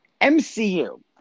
MCU